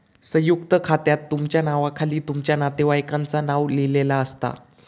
संयुक्त खात्यात तुमच्या नावाखाली तुमच्या नातेवाईकांचा नाव लिहिलेला असता